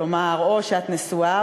כלומר או שאת נשואה,